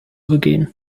begehen